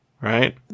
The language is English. right